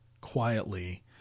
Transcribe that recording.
quietly